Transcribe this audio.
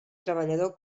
treballador